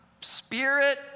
Spirit